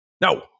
No